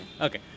Okay